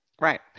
right